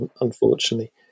unfortunately